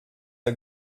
are